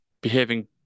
behaving